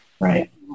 Right